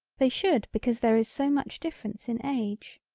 they should because there is so much difference in age.